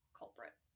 culprit